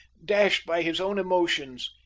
dashed by his own emotions,